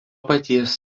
paties